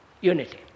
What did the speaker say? unity